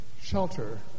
shelter